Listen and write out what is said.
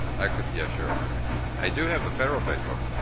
i could, yeah sure, okay. i do have the federal facebook, you